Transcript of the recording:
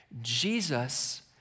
Jesus